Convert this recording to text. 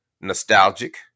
nostalgic